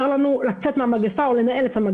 לנו לבדו לצאת מהמגפה או לנהל אותה.